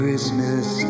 Christmas